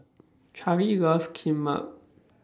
Charley loves Kimbap